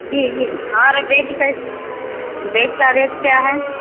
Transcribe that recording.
जी जी और बेटी का बैग का रेट क्या है